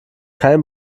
kein